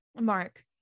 Mark